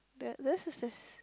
that list is this